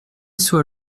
soit